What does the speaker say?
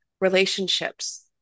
relationships